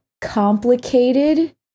complicated